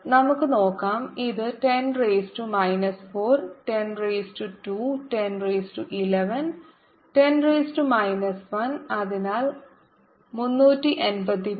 നമുക്ക് നോക്കാം ഇത് 10 raise to minus 4 10 raise to 2 10 raise to 11 10 raise to minus 1 അതിനാൽ 3 8 3